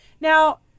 Now